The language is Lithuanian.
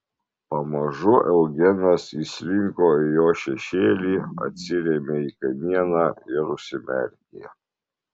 pamažu eugenas įslinko į jo šešėlį atsirėmė į kamieną ir užsimerkė